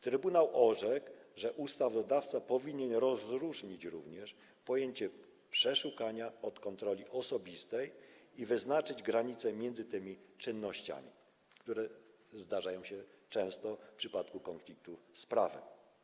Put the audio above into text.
Trybunał orzekł, że ustawodawca powinien rozróżnić również pojęcie przeszukania od kontroli osobistej i wyznaczyć granicę między tymi czynnościami, które zdarzają się często w przypadku konfliktu z prawem.